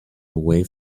away